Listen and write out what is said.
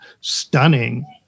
stunning